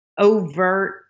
overt